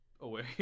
away